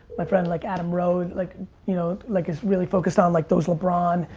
my friend like adam roe, and like you know like is really focused on, like those lebron,